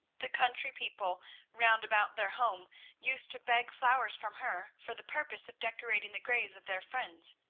the country people round about their home used to beg flowers from her for the purpose of decorating the graves of their friends.